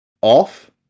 off